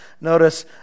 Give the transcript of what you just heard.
Notice